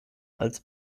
als